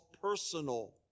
personal